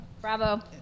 bravo